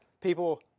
people